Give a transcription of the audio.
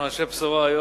אנחנו אנשי בשורה היום.